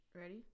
ready